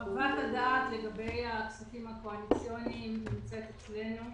חוות הדעת לגבי הכספים הקואליציוניים נמצאת אצלנו.